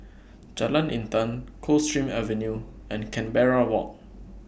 Jalan Intan Coldstream Avenue and Canberra Walk